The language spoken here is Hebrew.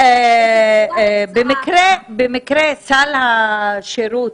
במקרה סל השירות